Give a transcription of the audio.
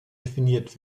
definiert